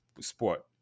sport